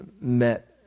met